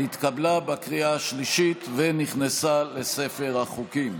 התקבלה בקריאה השלישית ונכנסה לספר החוקים.